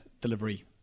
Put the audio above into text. delivery